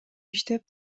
иштеп